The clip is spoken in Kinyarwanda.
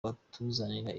batuzanira